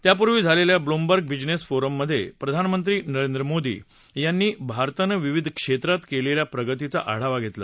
त्यापूर्वी झालेल्या Bloomberg business forum मध्ये प्रधानमंत्री नरेंद्र मोदी यांनी भारतानं विविध क्षेत्रात केलेल्या प्रगतीचा आढावा घेतला